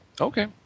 Okay